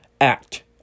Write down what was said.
Act